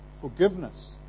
forgiveness